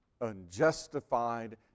unjustified